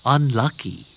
Unlucky